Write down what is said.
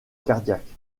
cardiaque